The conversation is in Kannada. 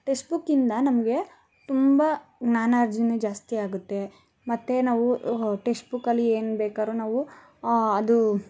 ಟೆಕ್ಸ್ಟ್ ಬುಕ್ಕಿಂದ ನಮಗೆ ತುಂಬ ಜ್ಞಾನಾರ್ಜನೆ ಜಾಸ್ತಿಯಾಗುತ್ತೆ ಮತ್ತು ನಾವು ಟೆಕ್ಸ್ಟ್ ಬುಕ್ಕಲ್ಲಿ ಏನ್ಬೇಕಾದ್ರು ನಾವು ಅದು